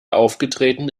aufgetreten